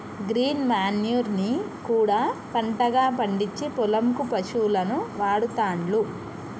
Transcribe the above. green manure ని కూడా పంటగా పండిచ్చి పొలం కు పశువులకు వాడుతాండ్లు